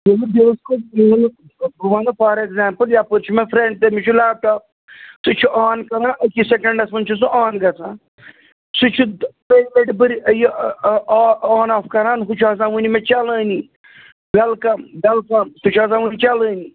بہٕ وَنہٕ for example یَپٲرۍ چھُ مےٚ فرینٛڈ تٔمِس چھُ لیپٹاپ سُہ چھُ آن کَران أکِس سیٚکَنٛڈَس مَنٛز چھُ سُہ آن گَژھان سُہ چھُ آن آف کَران ہُہ چھُ آسان وُنہِ مےٚ چَلانٕے ویٚلکَم ویٚلکَم سُہ چھُ آسان وُنہِ چَلانٕے